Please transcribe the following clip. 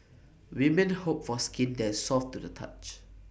women hope for skin that is soft to the touch